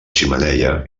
xemeneia